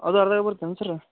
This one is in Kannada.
ಅದು ಅದ್ರಾಗೇ ಬರುತ್ತೇನ್ ಸರ್ರ